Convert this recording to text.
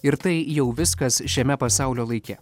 ir tai jau viskas šiame pasaulio laike